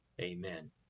Amen